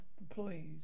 employees